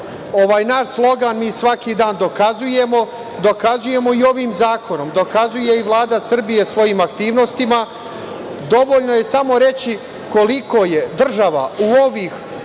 naš slogan mi svaki dan dokazujemo. Dokazujemo i ovim zakonom. Dokazuje i Vlada Srbije svojim aktivnostima. Dovoljno je samo reći koliko je država u ovih godinu